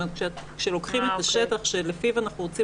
כשלוקחים את השטח שלפיו אנחנו רוצים